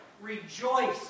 Rejoice